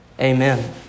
Amen